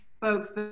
folks